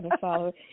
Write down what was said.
follow